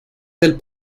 del